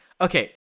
okay